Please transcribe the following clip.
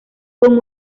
con